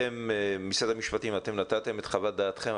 משרד המשפטים נתתם את חוות דעתכם,